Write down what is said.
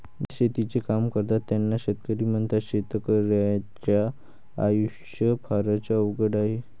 जे शेतीचे काम करतात त्यांना शेतकरी म्हणतात, शेतकर्याच्या आयुष्य फारच अवघड आहे